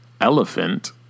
Elephant